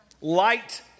Light